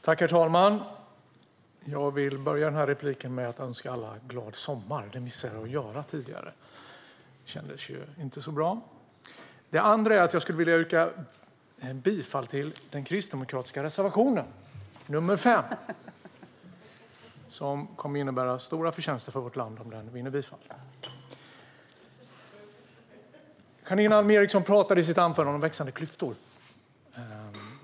Herr talman! Jag vill börja denna replik med att önska alla glad sommar. Det missade jag att göra tidigare, och det kändes inte så bra. Jag skulle också vilja yrka bifall till den kristdemokratiska reservationen, nr 5, som kommer att innebära stora förtjänster för vårt land om den vinner bifall. Janine Alm Ericson talade i sitt anförande om växande klyftor.